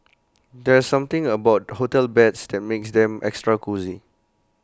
there's something about hotel beds that makes them extra cosy